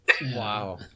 Wow